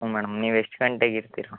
ಹ್ಞೂ ಮೇಡಮ್ ನೀವೆಷ್ಟು ಗಂಟೆಗೆ ಇರ್ತೀರ